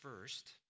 first